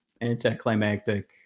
anticlimactic